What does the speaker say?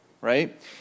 right